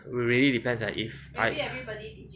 it really depends eh if I